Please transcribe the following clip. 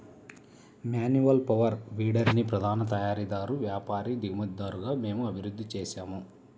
manual power వీడర్ని ప్రధాన తయారీదారు, వ్యాపారి, దిగుమతిదారుగా మేము అభివృద్ధి చేసాము